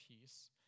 peace